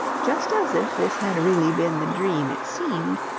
just as if this had really been the dream it seemed,